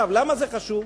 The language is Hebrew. עכשיו, למה זה חשוב?